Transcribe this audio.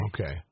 Okay